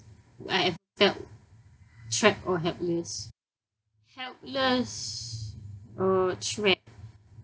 I I felt trapped or helpless helpless or trapped